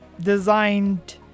designed